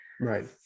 right